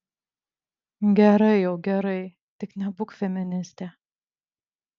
gerai jau gerai tik nebūk feministė